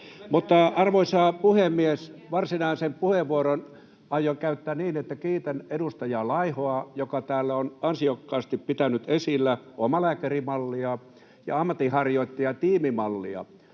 Arvoisa puhemies! Varsinaisen puheenvuoron aion käyttää niin, että kiitän edustaja Laihoa, joka täällä on ansiokkaasti pitänyt esillä omalääkärimallia ja ammatinharjoittaja- ja tiimimallia.